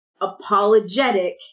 apologetic